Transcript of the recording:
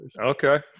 Okay